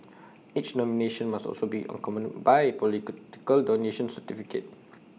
each nomination must also be accompanied by political donations certificate